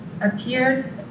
appeared